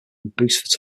boost